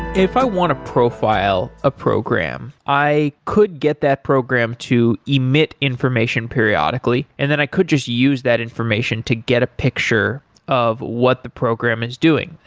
if i want to profile a program, i could get that program to emit information periodically and then i could just use that information to get a picture of what the program is doing.